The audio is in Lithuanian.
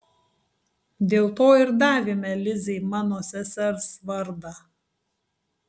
dėl to ir davėme lizei mano sesers vardą